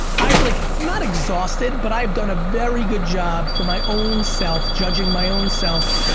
i've like not exhausted, but i've done a very good job for my own self. judging my own self,